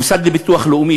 המוסד לביטוח לאומי,